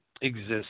exists